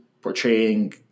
portraying